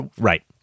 Right